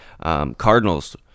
Cardinals